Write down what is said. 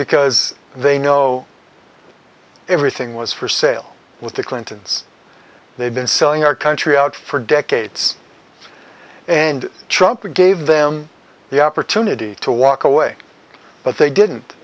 because they know everything was for sale with the clintons they've been selling our country out for decades and trump gave them the opportunity to walk away but they didn't